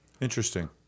Interesting